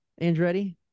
Andretti